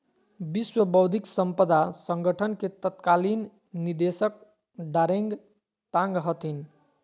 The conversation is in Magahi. विश्व बौद्धिक साम्पदा संगठन के तत्कालीन निदेशक डारेंग तांग हथिन